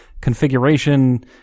configuration